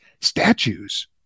statues